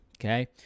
Okay